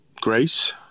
Grace